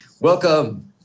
Welcome